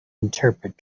interpret